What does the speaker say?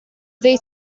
they